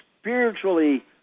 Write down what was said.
spiritually